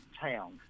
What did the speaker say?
town